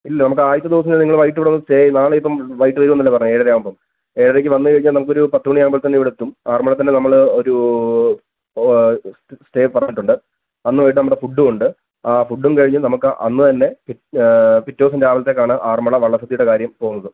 ഇല്ല നമുക്ക് ആദ്യത്തെ ദിവസം തന്നെ നിങ്ങൾ വൈകീട്ട് ഇവിടെ വന്ന് സ്റ്റേ ചെയ് നാളെ ഇപ്പം വൈകീട്ട് വരും എന്നല്ലേ പറഞ്ഞത് ഏഴര ആകുമ്പോൾ ഏഴരയ്ക്ക് വന്ന് കഴിഞ്ഞാൽ നമുക്കൊരു പത്ത് മണി ആവുമ്പോൾ തന്നെ ഇവിടെ എത്തും ആറന്മുളയിൽ തന്നെ നമ്മൾ ഒരു സ്റ്റേ പറഞ്ഞിട്ടുണ്ട് അന്ന് വൈകീട്ട് നമ്മുടെ ഫുഡ് ഉണ്ട് ആ ഫുഡും കഴിഞ്ഞ് അന്ന് തന്നെ പിറ്റേ ദിവസം രാവിലത്തേക്ക് ആണ് ആറന്മുള വള്ളസദ്യയുടെ കാര്യം പോവുന്നത്